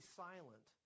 silent